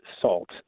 salt